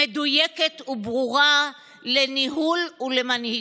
מדויקת וברורה, לניהול ולמנהיגות.